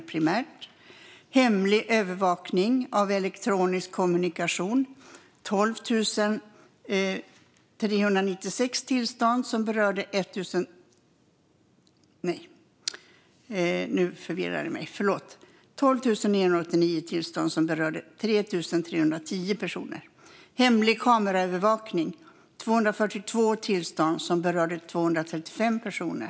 I fråga om hemlig övervakning av elektronisk kommunikation var det 12 989 tillstånd som berörde 3 310 personer. I fråga om hemlig kameraövervakning var det 242 tillstånd som berörde 235 personer.